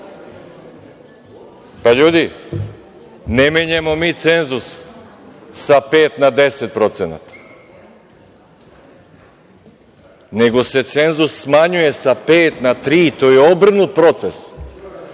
ljudi, ne menjamo mi cenzus sa 5% na 10%, nego se cenzus smanjuje sa 5% na 3%, to je obrnut proces.